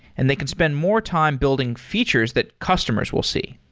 and they can spend more time building features that customers will see.